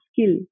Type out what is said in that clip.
skill